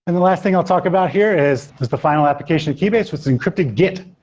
and the last thing i'll talk about here is there's the final application of keybase, which is encrypted git.